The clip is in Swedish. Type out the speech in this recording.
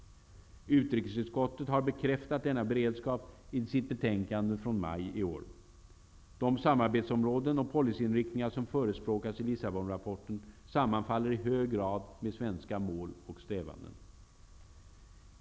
Utrikesutskottet har bekräftat denna-beredskap i sitt betänkande från maj i år. De samarbetsområden och policy-inriktningar som förespråkas i Lissabonrapporten sammanfaller i hög grad med svenska mål och strävanden.